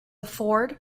ford